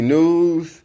News